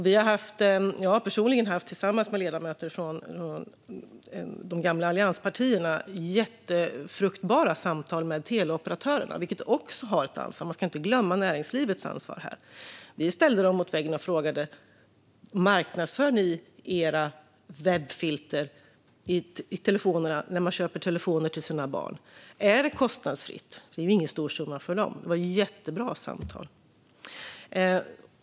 Jag har personligen, tillsammans med ledamöter från de gamla allianspartierna, haft jättefruktbara samtal med teleoperatörerna, vilka också har ett ansvar. Man ska inte glömma näringslivets ansvar här. Vi ställde dem mot väggen och frågade: Marknadsför ni era webbfilter i telefonerna när föräldrar köper telefoner till sina barn? Är det kostnadsfritt? Det är ju ingen stor summa för dem. Det var jättebra samtal.